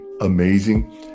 amazing